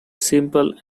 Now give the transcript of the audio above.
simple